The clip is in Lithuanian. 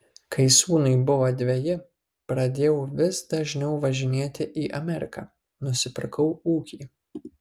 kai sūnui buvo dveji pradėjau vis dažniau važinėti į ameriką nusipirkau ūkį